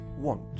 want